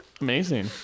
amazing